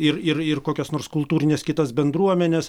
ir ir ir kokias nors kultūrines kitas bendruomenes